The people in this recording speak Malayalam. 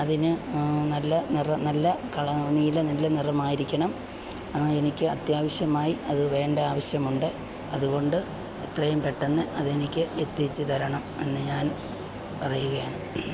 അതിന് നല്ല നിറ നല്ല നീല നല്ല നിറമായിരിക്കണം എനിക്ക് അത്യാവശ്യമായി അത് വേണ്ട ആവശ്യമുണ്ട് അതുകൊണ്ട് എത്രയും പെട്ടെന്ന് അതെനിക്ക് എത്തിച്ചു തരണം എന്ന് ഞാൻ പറയുകയാണ്